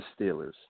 Steelers